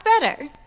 better